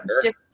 different